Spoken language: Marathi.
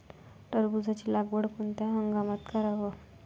टरबूजाची लागवड कोनत्या हंगामात कराव?